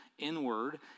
inward